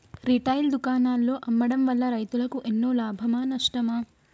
Retail దుకాణాల్లో అమ్మడం వల్ల రైతులకు ఎన్నో లాభమా నష్టమా?